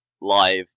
live